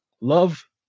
Love